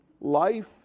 life